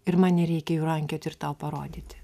ir man nereikia jų rankioti ir tau parodyti